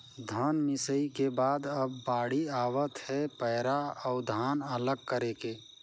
धन मिंसई के बाद अब बाड़ी आवत हे पैरा अउ धान अलग करे के